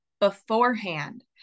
beforehand